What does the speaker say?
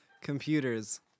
computers